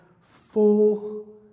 full